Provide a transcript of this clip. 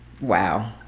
Wow